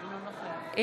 אינו נוכח נירה שפק, בעד